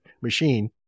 machine